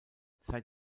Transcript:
seit